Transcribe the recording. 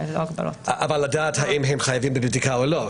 אבל לדעת האם הם חייבים בבדיקה או לא.